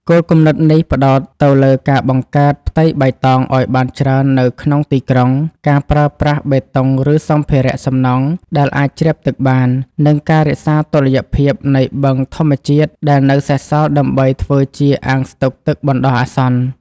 គោលគំនិតនេះផ្តោតទៅលើការបង្កើតផ្ទៃបៃតងឱ្យបានច្រើននៅក្នុងទីក្រុង ការប្រើប្រាស់បេតុងឬសម្ភារៈសំណង់ដែលអាចជ្រាបទឹកបាន និងការរក្សាតុល្យភាពនៃបឹងធម្មជាតិដែលនៅសេសសល់ដើម្បីធ្វើជាអាងស្តុកទឹកបណ្ដោះអាសន្ន។